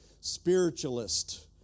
spiritualist